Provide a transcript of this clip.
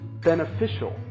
beneficial